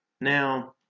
Now